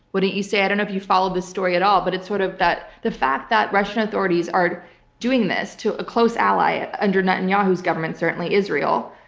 wouldn't you say? i don't know if you followed this story at all, but it's sort of that, the fact that russian authorities are doing this to a close ally under netanyahu's government, certainly israel,